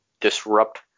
disrupt